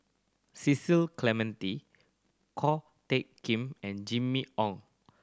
Cecil Clementi Ko Teck Kin and Jimmy Ong